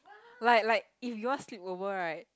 like like if you all sleepover right